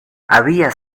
había